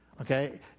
okay